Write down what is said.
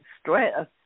stress